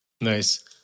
Nice